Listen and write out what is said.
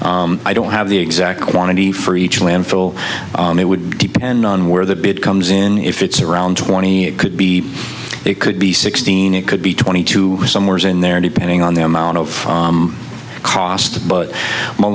installing i don't have the exact quantity for each landfill it would depend on where the bit comes in if it's around twenty it could be it could be sixteen it could be twenty two summers in there depending on the amount of cost but m